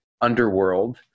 underworld